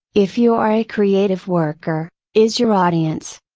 if you are a creative worker, is your audience?